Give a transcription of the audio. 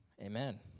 Amen